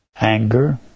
anger